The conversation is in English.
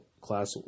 class